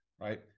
Right